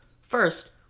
First